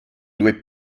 due